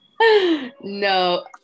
No